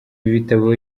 bitabo